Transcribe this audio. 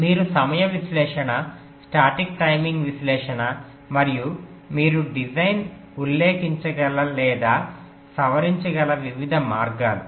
మీరు సమయ విశ్లేషణ స్టాటిక్ టైమింగ్ విశ్లేషణ మరియు మీరు డిజైన్ను ఉల్లేఖించగల లేదా సవరించగల వివిధ మార్గాలు